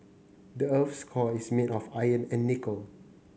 the earth's core is made of iron and nickel